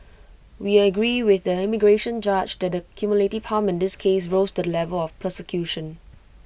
we agree with the immigration judge that the cumulative harm in this case rose to the level of persecution